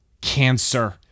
cancer